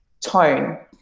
tone